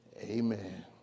amen